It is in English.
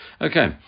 Okay